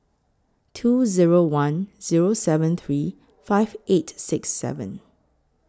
two Zero one Zero seven three five eight six seven